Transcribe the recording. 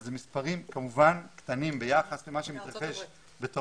אבל אלה מספרים קטנים ביחס למה שמתרחש בטורונטו,